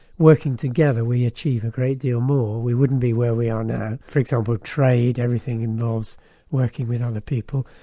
working together, we achieve a great deal more, we wouldn't be where we are now, for example trade, everything involves working with other people,